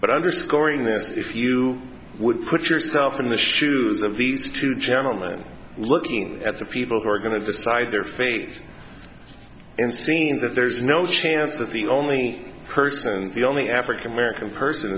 but underscoring this if you would put yourself in the shoes of these two gentlemen i'm looking at the people who are going to decide their fate and seeing that there's no chance of the only person the only african american person